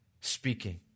Speaking